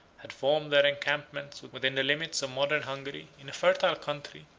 had formed their encampments within the limits of modern hungary, in a fertile country,